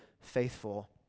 faithful